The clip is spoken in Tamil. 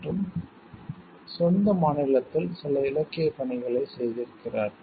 மற்றும் சொந்த மாநிலத்தில் சில இலக்கியப் பணிகளைச் செய்திருக்கிறார்கள்